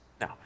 No